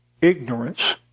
ignorance